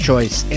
Choice